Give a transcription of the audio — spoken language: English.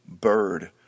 bird